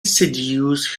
seduce